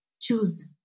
choose